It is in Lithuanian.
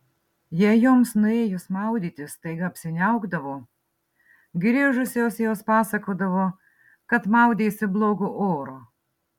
jei joms nuėjus maudytis staiga apsiniaukdavo grįžusios jos pasakodavo kad maudėsi blogu oru